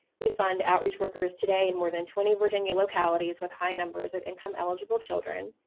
we fund outreach workers today in more than twenty virginia localities with high numbers of income eligible children.